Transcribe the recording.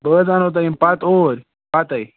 بہٕ حظ اَنو تۄہہِ یِم پَتہٕ اوٗرۍ پتَے